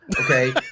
Okay